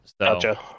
Gotcha